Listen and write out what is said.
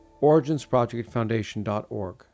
originsprojectfoundation.org